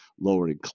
lowering